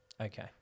Okay